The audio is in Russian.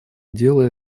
дело